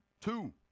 two